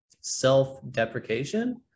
self-deprecation